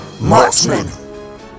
Marksman